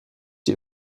die